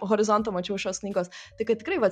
horizontą mačiau šios knygos tai kad tikrai vat